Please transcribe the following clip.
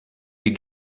you